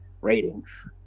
ratings